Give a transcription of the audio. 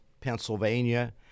Pennsylvania